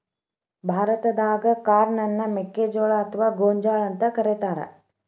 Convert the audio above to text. ಭಾರತಾದಾಗ ಕಾರ್ನ್ ಅನ್ನ ಮೆಕ್ಕಿಜೋಳ ಅತ್ವಾ ಗೋಂಜಾಳ ಅಂತ ಕರೇತಾರ